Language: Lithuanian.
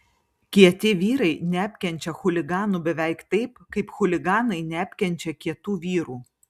kieti vyrai neapkenčia chuliganų beveik taip kaip chuliganai neapkenčia kietų vyrų